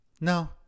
No